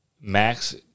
Max